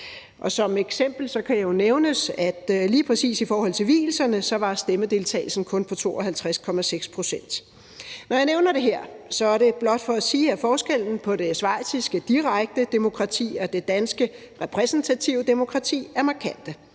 Som eksempel kan det jo nævnes, at lige præcis i forhold til vielserne var stemmedeltagelsen kun på 52,6 pct. Når jeg nævner det her, er det blot for at sige, at forskellen på det schweiziske direkte demokrati og det danske repræsentative demokrati er markant.